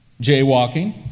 jaywalking